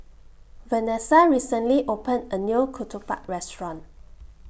Vanessa recently opened A New Ketupat Restaurant